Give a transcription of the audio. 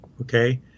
Okay